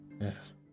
Yes